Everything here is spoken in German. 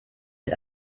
mit